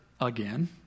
again